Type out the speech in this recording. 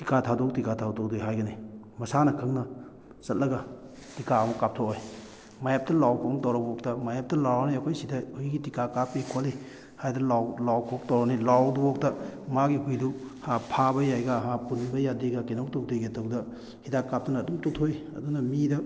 ꯇꯤꯀꯥ ꯊꯥꯗꯣꯛꯎ ꯇꯤꯀꯥ ꯊꯥꯗꯣꯛꯎꯗꯤ ꯍꯥꯏꯒꯅꯤ ꯃꯁꯥꯅ ꯈꯪꯅ ꯆꯠꯂꯒ ꯇꯤꯀꯥ ꯑꯃ ꯀꯥꯞꯊꯣꯛꯑꯣꯏ ꯃꯥꯌꯦꯞꯇ ꯂꯥꯎ ꯈꯣꯡ ꯇꯧꯔꯐꯥꯎꯇ ꯃꯥꯌꯦꯞꯇ ꯂꯥꯎꯔꯅꯤ ꯑꯩꯈꯣꯏ ꯁꯤꯗ ꯍꯨꯏꯒꯤ ꯇꯤꯀꯥ ꯀꯥꯞꯄꯤ ꯈꯣꯠꯂꯤ ꯍꯥꯏꯗꯅ ꯂꯥꯎ ꯈꯣꯡ ꯇꯧꯔꯅꯤ ꯂꯥꯎꯔꯗꯨꯐꯥꯎꯗ ꯃꯥꯒꯤ ꯍꯨꯏꯗꯨ ꯍꯥ ꯐꯥꯕ ꯌꯥꯏꯒ ꯍꯥ ꯄꯨꯟꯕ ꯌꯥꯗꯦꯒ ꯀꯩꯅꯣ ꯇꯧꯗꯦꯒ ꯇꯧꯗꯅ ꯍꯤꯗꯥꯛ ꯀꯥꯞꯇꯅ ꯑꯗꯨꯝ ꯇꯣꯛꯊꯣꯛꯏ ꯑꯗꯨꯅ ꯃꯤꯗ